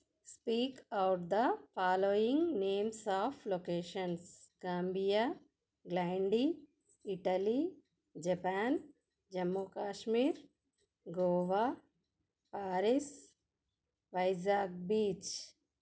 speak out the following names of locations Gambia England Italy Japan Jammu Kashmir Goa Paris Vizag beach